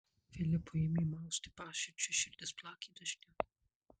filipui ėmė mausti paširdžius širdis plakė dažniau